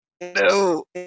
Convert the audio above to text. No